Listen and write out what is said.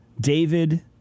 David